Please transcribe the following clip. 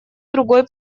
другой